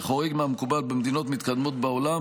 שחורג מהמקובל במדינות מתקדמות בעולם